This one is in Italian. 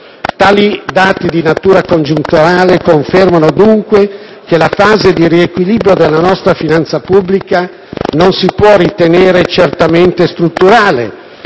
Tali dati di natura congiunturale confermano dunque che la fase di riequilibrio della nostra finanza pubblica non si può ritenere certamente strutturale,